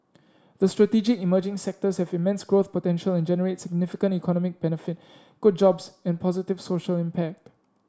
the strategic emerging sectors have immense growth potential and generate significant economic benefit good jobs and positive social impact